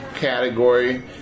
category